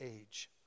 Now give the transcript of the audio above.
age